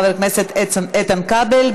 חבר הכנסת איתן כבל.